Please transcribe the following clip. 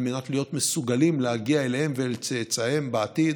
מנת להיות מסוגלים להגיע אליהם ואל צאצאיהם בעתיד,